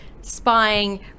spying